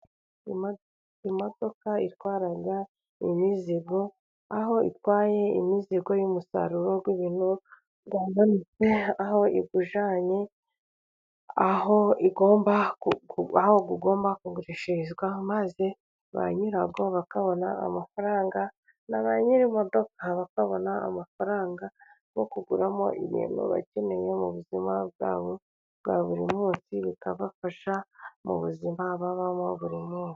Imodoka itwara imizigo ,aho itwaye imizigo y'umusaruro w'ibintu, aho iwujyanye aho ugomba kugurishirizwa ,maze ba nyira wo bakabona amafaranga ,na ba nyir'imodoka bakabona amafaranga yo kuguramo ibintu bakeneye mu buzima bwabo bwa buri munsi ,bikabafasha mu buzima babamo buri munsi.